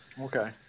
Okay